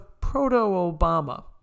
proto-Obama